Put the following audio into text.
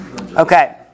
Okay